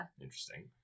Interesting